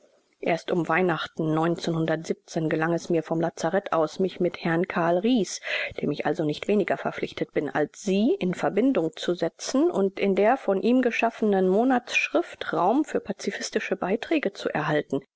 erst um weihnachten gelang es mir vom lazarett aus mich mit herrn carl riess dem ich also nicht weniger verpflichtet bin als sie in verbindung zu setzen und in der von ihm geschaffenen monatsschrift raum für pazifistische beiträge zu erhalten